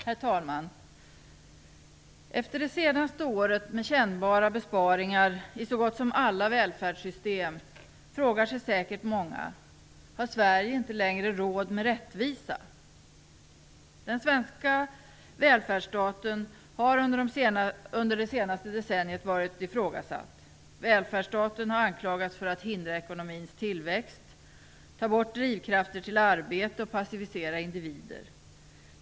Herr talman! Efter det senaste året med kännbara besparingar i så gott som alla välfärdssystem frågar sig säkert många: Har Sverige inte längre råd med rättvisa? Den svenska välfärdsstaten har under det senaste decenniet varit ifrågasatt. Välfärdsstaten har anklagats för att hindra ekonomins tillväxt, för att ta bort drivkrafter till arbete och för att passivisera individer.